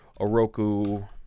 Oroku